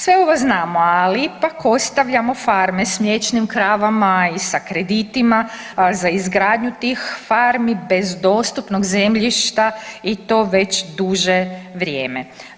Sve ovo znamo, ali ipak ostavljamo farme sa mliječnim kravama i sa kreditima za izgradnju tih farmi bez dostupnog zemljišta i to već duže vrijeme.